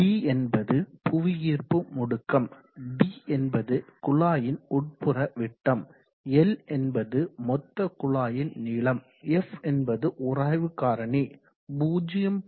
g என்பது புவியீர்ப்பு முடுக்கம் d என்பது குழாயின் உட்புற விட்டம் Lஎன்பது மொத்த குழாயின் நீளம் f என்பது உராய்வு காரணி 0